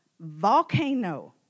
volcano